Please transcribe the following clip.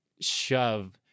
shove